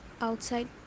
outside